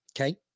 Okay